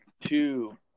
two